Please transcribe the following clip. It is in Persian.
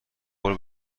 قول